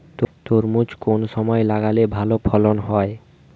তরমুজ কোন সময় লাগালে ভালো ফলন হয়?